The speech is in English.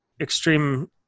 extreme